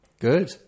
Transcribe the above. Good